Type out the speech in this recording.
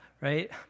right